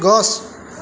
গছ